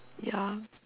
ya